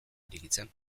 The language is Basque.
irekitzen